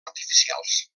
artificials